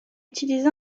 utilisé